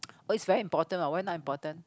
oh it's very important what why not important